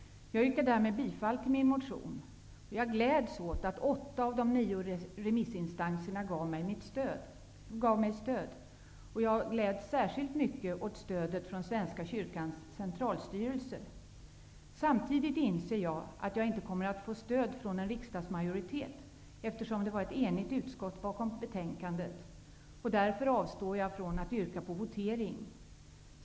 Jag yrkar därmed bifall till min motion. Jag gläds åt att åtta av de nio remissinstanserna gav mig stöd. Jag gläds särskilt mycket åt stödet från Svenska kyrkans centralstyrelse. Samtidigt inser jag att jag inte kommer att få stöd från en riksdagsmajoritet, eftersom det var ett enigt utskott bakom betänkandet. Därför avstår jag nu från att yrka på votering.